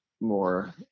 more